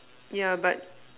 yeah but